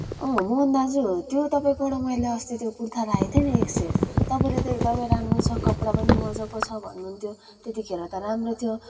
अँ मोहन दाजु त्यो तपाईँकोबाट अस्ति मैले कुर्ता राखेको थिएँ नि एक सेट तपाईँले त एकदमै राम्रो छ कपडा पनि मज्जाको छ भन्नुहुन्थ्यो त्यतिखेर त राम्रो थियो